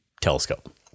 telescope